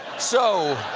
so,